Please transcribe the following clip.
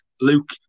Luke